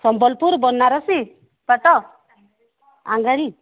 ସମ୍ବଲପୁର ବନାରସି ପାଟ ଆଙ୍ଗାଳି